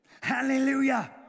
Hallelujah